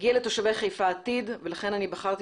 מגיע לתושבי חיפה עתיד ולכן אני בחרתי